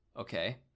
Okay